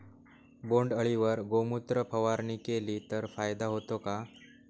बोंडअळीवर गोमूत्र फवारणी केली तर फायदा होतो का?